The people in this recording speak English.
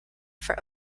for